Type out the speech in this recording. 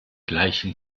gleichen